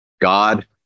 God